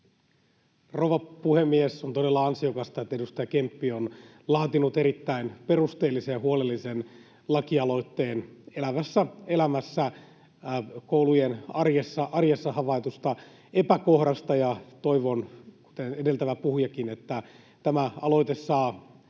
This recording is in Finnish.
Rouva puhemies! On todella ansiokasta, että edustaja Kemppi on laatinut erittäin perusteellisen ja huolellisen lakialoitteen elävässä elämässä, koulujen arjessa, havaitusta epäkohdasta. Toivon, kuten edeltävä puhujakin, että tämä aloite saa